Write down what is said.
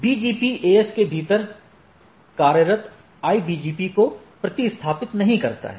BGP AS के भीतर कार्यरत IGP को प्रतिस्थापित नहीं करता है